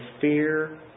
fear